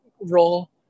role